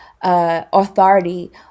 authority